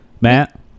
Matt